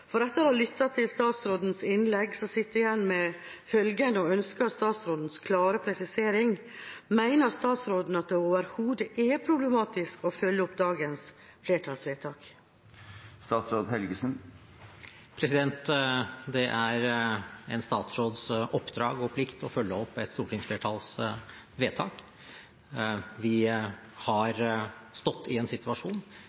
Aaslands. Etter å ha lyttet til statsrådens innlegg sitter jeg igjen med følgende spørsmål og ønsker statsrådens klare presisering: Mener statsråden at det overhodet er problematisk å følge opp dagens flertallsvedtak? Det er en statsråds oppdrag og plikt å følge opp et stortingsflertalls vedtak. Vi